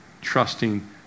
trusting